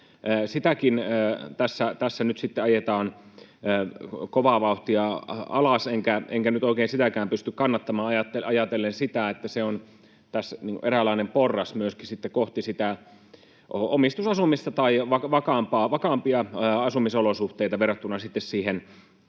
nyt sitten ajetaan kovaa vauhtia alas, enkä nyt oikein sitäkään pysty kannattamaan ajatellen sitä, että se on eräänlainen porras myöskin sitten kohti sitä omistusasumista tai vakaampia asumisolosuhteita verrattuna sitten siihen